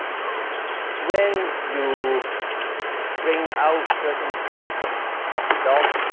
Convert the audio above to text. when you bring out certain instincts of the dog,